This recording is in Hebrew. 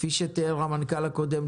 כפי שתיאר המנכ"ל הקודם,